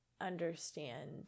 understand